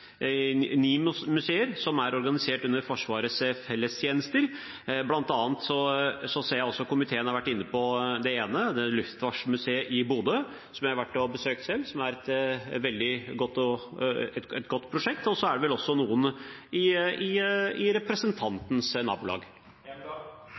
ni museer som er organisert under Forsvarets fellestjenester. Blant annet ser jeg at komiteen har vært inne på det ene, Luftfartsmuseet i Bodø, som jeg har vært og besøkt selv, og som er et veldig godt prosjekt. Så er det vel også noen i